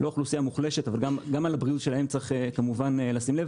לא אוכלוסייה מוחלשת אבל גם לבריאות שלהם צריך כמובן לשים לב